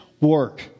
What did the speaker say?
work